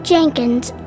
Jenkins